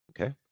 Okay